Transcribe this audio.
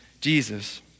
Jesus